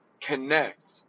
connect